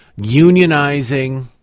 unionizing